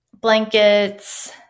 blankets